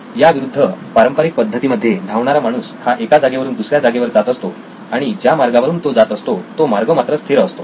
याविरुद्ध पारंपारिक पद्धती मध्ये धावणारा माणूस हा एका जागेवरून दुसर्या जागेवर जात असतो आणि ज्या मार्गावरून तो जात असतो तो मार्ग मात्र स्थिर असतो